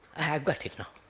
i have got it now,